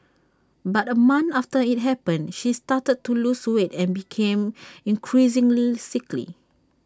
but A month after IT happened she started to lose weight and became increasingly sickly